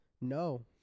no